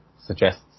suggests